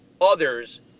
others